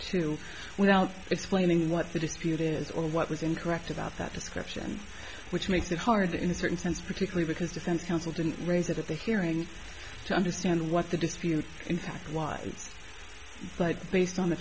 two without explaining what the dispute is or what was incorrect about that description which makes it hard in a certain sense particularly because defense counsel didn't raise it at the hearing to understand what the dispute in fact lies but based on the